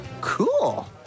Cool